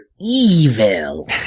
evil